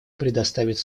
предоставить